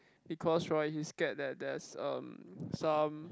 because right he's scared that there's um some